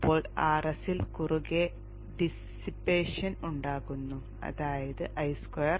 അപ്പോൾ Rs ൽ കുറുകെ ഡിസ്സിപ്പേഷൻ ഉണ്ടാകുന്നു അതായത് I2Rs